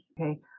Okay